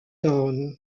town